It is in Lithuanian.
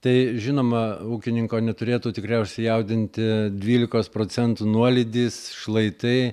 tai žinoma ūkininko neturėtų tikriausiai jaudinti dvylikos procentų nuolydis šlaitai